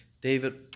David